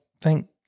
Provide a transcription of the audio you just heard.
thank